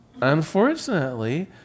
Unfortunately